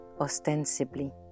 ostensibly